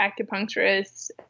acupuncturists